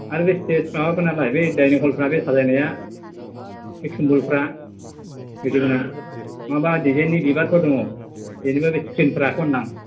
आरो बे स्तेज माबाफोरनालाय बे डाइनिं हलफ्रा बे साजायनाया बे थुम्बुफ्रा गोजौना माबा डिजाइननि बिबारफोर दङ जेनेबा बे स्क्रिनफ्राखौ होनदां